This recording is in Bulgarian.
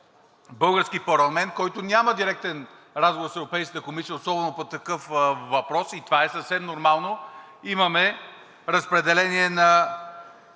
български парламент, който няма директен разговор с Европейската комисия, особено по такъв въпрос и това е съвсем нормално, имаме разпределение на